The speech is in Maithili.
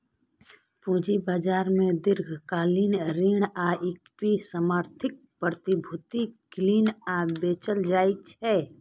पूंजी बाजार मे दीर्घकालिक ऋण आ इक्विटी समर्थित प्रतिभूति कीनल आ बेचल जाइ छै